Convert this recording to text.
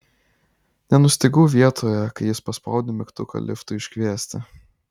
nenustygau vietoje kai jis paspaudė mygtuką liftui iškviesti